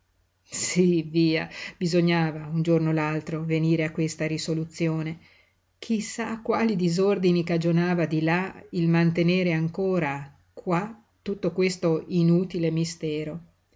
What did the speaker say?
sí via bisognava un giorno o l'altro venire a questa risoluzione chi sa quali disordini cagionava di là il mantenere ancora qua tutto questo inutile mistero